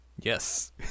Yes